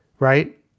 right